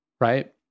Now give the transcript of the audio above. Right